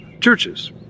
churches